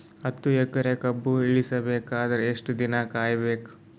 ಹತ್ತು ಎಕರೆ ಕಬ್ಬ ಇಳಿಸ ಬೇಕಾದರ ಎಷ್ಟು ದಿನ ಕಾಯಿ ಬೇಕು?